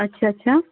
اچھا اچھا